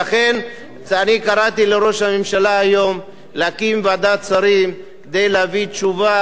אני קראתי לראש הממשלה היום להקים ועדת שרים כדי להביא תשובה ראויה,